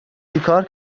چیکار